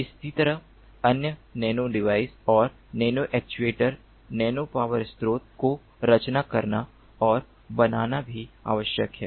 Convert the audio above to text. इसी प्रकार अन्य नैनोोडिवाइस जैसे नैनोएक्ट्यूएटर्स नैनोपावर स्रोतों को रचना करना और बनाना भी आवश्यक है